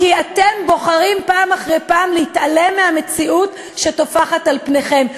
כי אתם בוחרים פעם אחרי פעם להתעלם מהמציאות שטופחת על פניכם.